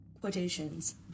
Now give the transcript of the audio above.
quotations